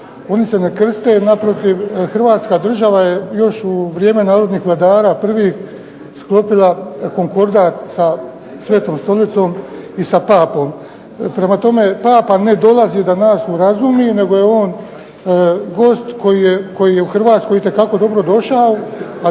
oni se ne krste jer naprotiv Hrvatska država je još u vrijeme narodnih vladara prvih sklopila konkordat sa Svetom Stolicom i sa papom. Prema tome, papa ne dolazi da nas urazumi nego je on gost koji je u Hrvatskoj itekako dobrodošao,